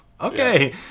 okay